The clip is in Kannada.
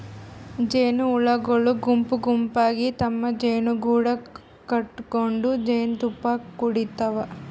ಜೇನಹುಳಗೊಳ್ ಗುಂಪ್ ಗುಂಪಾಗಿ ತಮ್ಮ್ ಜೇನುಗೂಡು ಕಟಗೊಂಡ್ ಜೇನ್ತುಪ್ಪಾ ಕುಡಿಡ್ತಾವ್